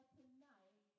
tonight